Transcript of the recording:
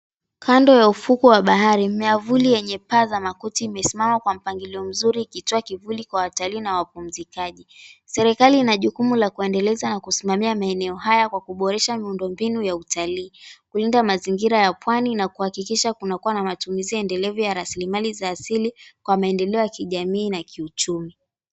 Kando ya ufukwe wa bahari miavuli yenye paa za makuti imesimama kwa mpangilio mzuri ikitoa kivuli kwa watalii na wapumzikaji. Serikali ina jukumu la kuendeleza na kusimamia maeneo haya kwa kuboresha miundo mbinu ya utalii, kulinda mazingira ya pwani na kuhakikisha kunakua na matumizi endelevu ya raslimali za asili kwa maendeleo ya kijamii na kiuchumi.